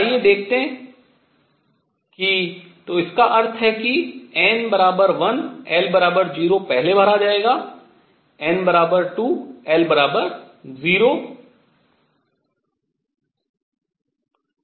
तो आइए देखते हैं कि तो इसका अर्थ है कि n 1 l 0 पहले भरा जाएगा n 2 l 0